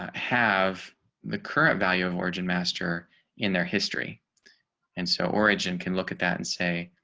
have the current value of origin master in their history and so origin can look at that and say,